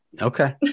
Okay